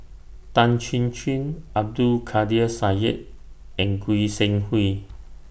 Tan Chin Chin Abdul Kadir Syed and Goi Seng Hui